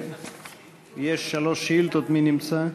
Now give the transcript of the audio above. יש שלוש שאילתות, מי נמצא?